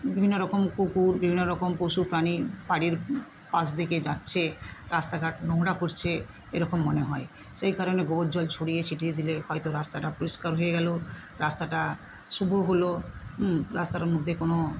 বিভিন্ন রকম কুকুর বিভিন্ন রকম পশু প্রাণী বাড়ির পাশ থেকে যাচ্ছে রাস্তাঘাট নোংরা করছে এরকম মনে হয় সেই কারণে গোবর জল ছড়িয়ে ছিটিয়ে দিলে হয়তো রাস্তাটা পরিষ্কার হয়ে গেল রাস্তাটা শুভ হল রাস্তাটার মধ্যে কোনো